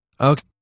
Okay